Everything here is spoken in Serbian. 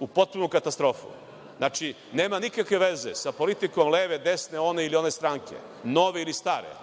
u potpunu katastrofu. Znači, nema nikakve veze sa politikom leve, desne, ove ili one stranke, nove ili stare,